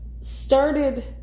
started